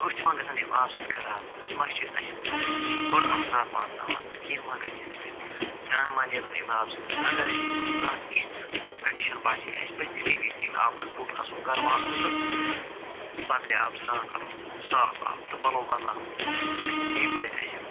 أچھ ما گژھَن اَمہِ آبہٕ سۭتۍ خراب یہِ ما چھِ اَسہِ بُرٕ اثرات واتٕناوان کیٚنہہ ما گژھِ اَمہِ سۭتۍ دانہٕ ما نٮ۪رَن اَمہِ آبہٕ سۭتۍ اَگر اَسہِ کانٛہہ یِژھ کَنٛڈِشَن باسہِ اَسہِ پَزِ تَمی وِزِ اَمہِ آبہٕ منٛز بوٚٹھ کھسُن گَرٕ واتُن تہٕ بدلہِ آبہٕ سرٛان کَرُن صاف آبہٕ تہٕ پَلَو بدلاوٕنۍ بیٚیہِ پَزِ اَسہِ